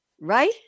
Right